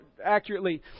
accurately